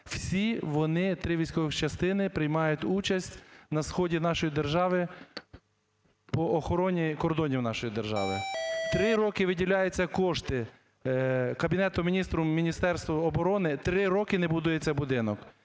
Всі вони, 3 військові частини, приймають участь на сході нашої держави по охороні кордонів нашої держави. 3 роки виділяються кошти Кабінетом Міністрів в Міністерство оборони, 3 роки не будується будинок!